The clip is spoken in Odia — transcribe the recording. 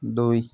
ଦୁଇ